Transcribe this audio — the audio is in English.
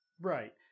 Right